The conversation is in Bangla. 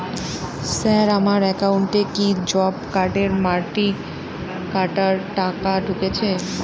স্যার আমার একাউন্টে কি জব কার্ডের মাটি কাটার টাকা ঢুকেছে?